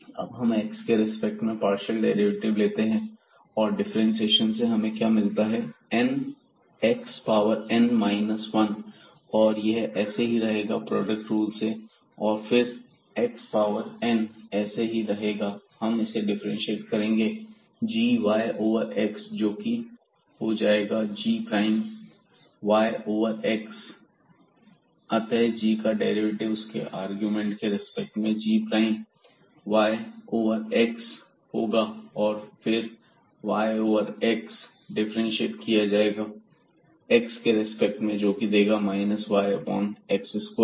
अब हम x के रिस्पेक्ट में पार्शियल डेरिवेटिव लेते हैं डिफ्रेंशिएशन से हमें क्या मिलेगा n x power n minus 1 और यह ऐसे ही रहेगा प्रोडक्ट रूल से और फिर x पावर n ऐसे ही रहेगा और हम इसे डिफरेंटशिएट करेंगे g y ओवर x जोकि हो जाएगा g prime y over x अतः g का डेरिवेटिव उसके अरगुमेंट के रिस्पेक्ट में g prime y over x होगा और फिर y ओवर x डिफरेंटशिएट किया जाएगा x के रेस्पेक्ट में जोकि देगा minus y over x square